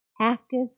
Active